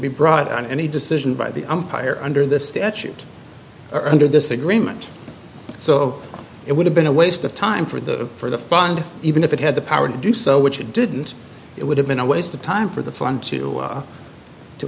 be brought on any decision by the umpire under the statute or under this agreement so it would have been a waste of time for the for the fund even if it had the power to do so which it didn't it would have been a waste of time for the fun to